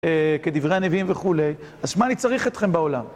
כדברי הנביאים וכולי, אז מה אני צריך אתכם בעולם?